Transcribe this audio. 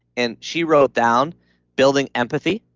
and she wrote down building empathy,